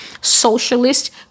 socialist